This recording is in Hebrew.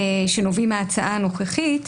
שנובעים מההצעה הנוכחית,